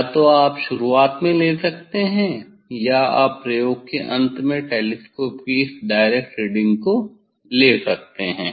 या तो आप शुरुआत में ले सकते हैं या आप प्रयोग के अंत में टेलीस्कोप की इस डायरेक्ट रीडिंग को ले सकते हैं